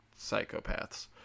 psychopaths